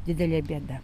didelė bėda